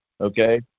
Okay